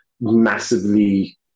massively